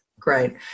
Great